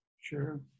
sure